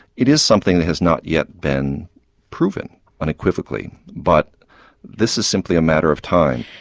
it is something that has not yet been proven unequivocally but this is simply a matter of time.